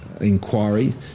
inquiry